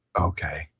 Okay